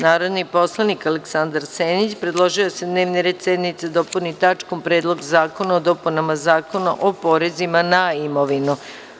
Narodni poslanik Aleksandar Senić predložio je da se dnevni red sednice dopuni tačkom – Predlog zakona o dopunama Zakona o porezima na imovinu.